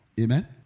Amen